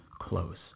close